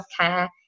healthcare